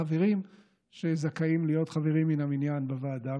בחברים שזכאים להיות חברים מן המניין בוועדה.